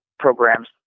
programs